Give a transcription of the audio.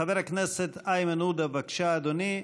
חבר הכנסת איימן עודה, בבקשה, אדוני,